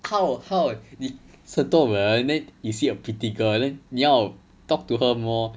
how how 你 then you see a pretty girl then 你要 talk to her more